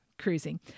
cruising